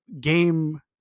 game